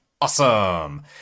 awesome